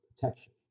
protection